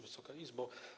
Wysoka Izbo!